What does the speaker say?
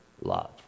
love